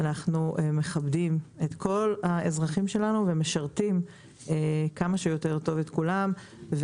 אנחנו מכבדים את כל האזרחים שלנו ומשרתים כמה שיותר טוב את כולם.